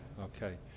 Okay